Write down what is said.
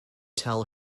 tell